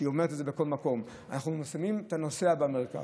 והיא אומרת את זה בכל מקום: אנחנו שמים את הנוסע במרכז.